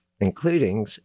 including